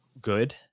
good